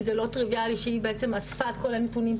כי זה לא טריוויאלי שהיא בעצם אספה את כל הנתונים,